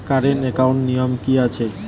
Current একাউন্টের নিয়ম কী আছে?